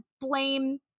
blame